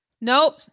Nope